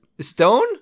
Stone